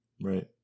Right